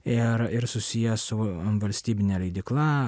ir ir susiję su valstybine leidykla